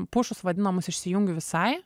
pušus vadinamus išsijungiu visai